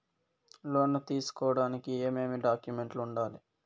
లోను తీసుకోడానికి ఏమేమి డాక్యుమెంట్లు ఉండాలి